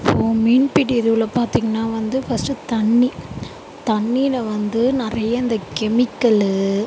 இப்போது மீன்பிடி இதுவில் பார்த்திங்கன்னா வந்து ஃபஸ்ட்டு தண்ணி தண்ணியில் வந்து நிறைய இந்த கெமிக்கலு